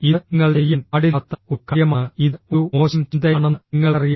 ഇത് നിങ്ങൾ ചെയ്യാൻ പാടില്ലാത്ത ഒരു കാര്യമാണ് ഇത് ഒരു മോശം ചിന്തയാണെന്ന് നിങ്ങൾക്കറിയാം